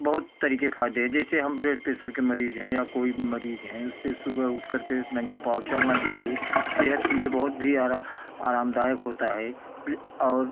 बहुत तरीके के फ़ायदे है जैसे हम ब्लड प्रेशर के मरीज़ है या कोई मरीज़ है उससे सुबह उठकर के नंगे पाँव चलना चाहिए सेहत के लिए बहुत भी आरा आरामदायक होता है और